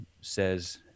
says